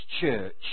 church